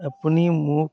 আপুনি মোক